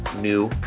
new